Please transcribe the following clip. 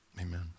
amen